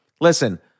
listen